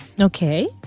Okay